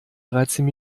dreizehn